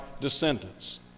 descendants